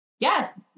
Yes